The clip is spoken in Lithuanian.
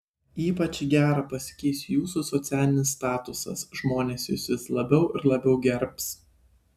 ypač į gerą pasikeis jūsų socialinis statusas žmonės jus vis labiau ir labiau gerbs